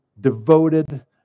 devoted